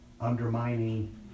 undermining